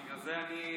בגלל זה אני,